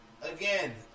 again